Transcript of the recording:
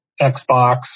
Xbox